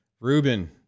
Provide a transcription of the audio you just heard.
Ruben